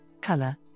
color